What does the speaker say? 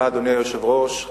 אדוני היושב-ראש,